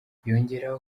yongeraho